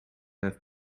have